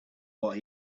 what